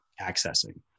accessing